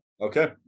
okay